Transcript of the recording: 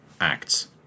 acts